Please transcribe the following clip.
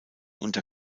unter